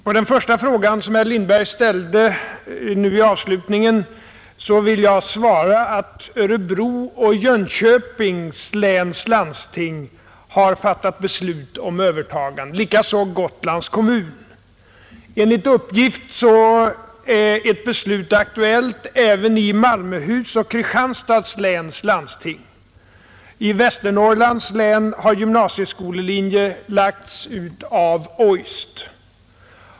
På den första av de frågor som herr Lindberg ställde i slutet av sitt anförande vill jag svara, att Örebro och Jönköpings läns landsting har fattat beslut om övertagande, likaså Gotlands kommun. Enligt uppgift är ett beslut aktuellt även i Malmöhusoch Kristianstads läns landsting. I Västernorrlands län har gymnasieskolelinje lagts ut av OJST.